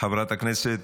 חברת הכנסת,